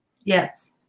Yes